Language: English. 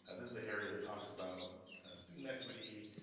ah this is an area that talks about student equity,